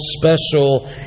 special